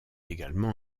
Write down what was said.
également